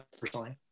personally